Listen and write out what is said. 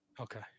Okay